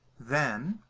then,